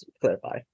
clarify